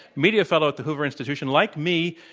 media fellow at the hoover institution. like me,